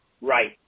Right